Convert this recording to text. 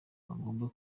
ugomba